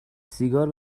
سیگار